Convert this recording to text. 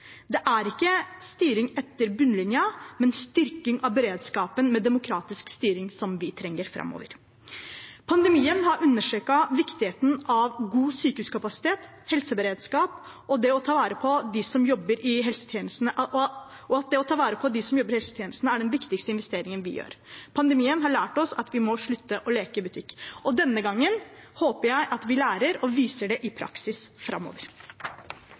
Det er ikke styring etter bunnlinja, men styrking av beredskapen med demokratisk styring vi trenger framover. Pandemien har understreket viktigheten av god sykehuskapasitet og helseberedskap, og at det å ta vare på dem som jobber i helsetjenesten, er den viktigste investeringen vi gjør. Pandemien har lært oss at vi må slutte å leke butikk. Denne gangen håper jeg at vi lærer og viser det i praksis framover.